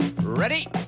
ready